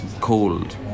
cold